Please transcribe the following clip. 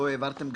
לא העברתם,